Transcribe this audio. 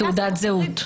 זה בהגזמה.